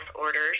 orders